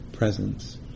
presence